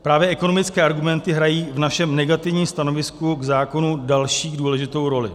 Právě ekonomické argumenty hrají v našem negativním stanovisku k zákonu další důležitou roli.